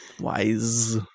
Wise